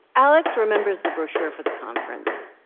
alex remembers the brochure for the conference.